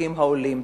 במשחקים האולימפיים.